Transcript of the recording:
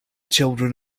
children